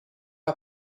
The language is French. pas